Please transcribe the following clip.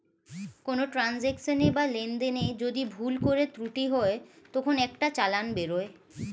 কোনো ট্রান্সাকশনে বা লেনদেনে যদি ভুল করে ত্রুটি হয় তখন একটা চালান বেরোয়